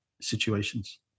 situations